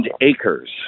acres